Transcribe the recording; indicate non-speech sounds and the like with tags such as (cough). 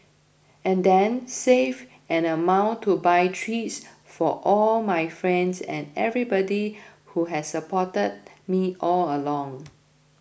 and then save an amount to buy treats for all my friends and everybody who has supported me all along (noise)